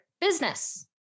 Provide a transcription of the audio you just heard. business